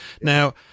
Now –